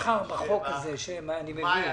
מיקי,